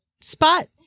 Spot